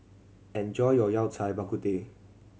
enjoy your Yao Cai Bak Kut Teh